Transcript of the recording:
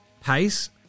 pace